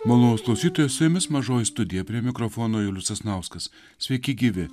malonūs klausytojus su jumis mažoji studija prie mikrofono julius sasnauskas sveiki gyvi